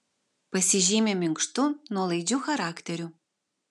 pasižymi minkštu nuolaidžiu charakteriu